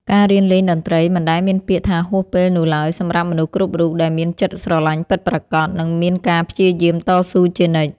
ការរៀនលេងតន្ត្រីមិនដែលមានពាក្យថាហួសពេលនោះឡើយសម្រាប់មនុស្សគ្រប់រូបដែលមានចិត្តស្រឡាញ់ពិតប្រាកដ និងមានការព្យាយាមតស៊ូជានិច្ច។